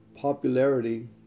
Popularity